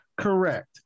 Correct